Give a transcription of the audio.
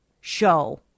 show